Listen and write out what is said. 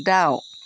दाउ